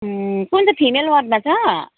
ए कुन चाहिँ फिमेल वार्डमा छ